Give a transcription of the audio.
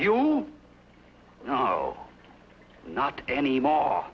you know not anymore